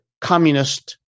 communist